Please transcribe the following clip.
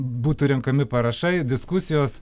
būtų renkami parašai diskusijos